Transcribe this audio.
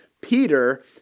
Peter